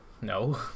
No